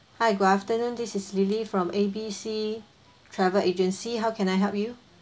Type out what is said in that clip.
hi good afternoon this is lily from A B C travel agency how can I help you